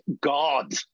God